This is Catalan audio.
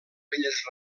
belles